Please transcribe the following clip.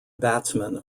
batsmen